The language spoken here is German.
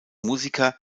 musiker